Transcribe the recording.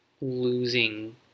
losing